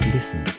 Listen